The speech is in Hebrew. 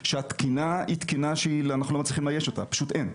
שהתקינה היא תקינה שאנחנו לא מצליחים לאייש אותה: פשוט אין.